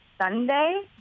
Sunday